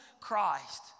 Christ